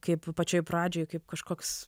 kaip pačioj pradžioj kaip kažkoks